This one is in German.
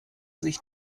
sich